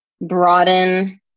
broaden